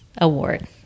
award